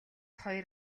хоёр